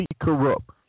corrupt